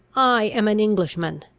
i am an englishman,